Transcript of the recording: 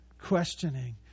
questioning